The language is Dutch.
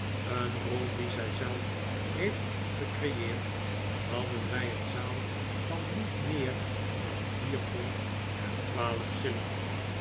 een rol die zij zelf heeft gecreeerd hadden wij een zaal van niet meer dan vier pond en twaalf shillingen